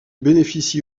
bénéficie